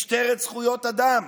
משטרת זכויות אדם,